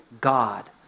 God